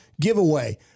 giveaway